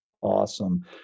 awesome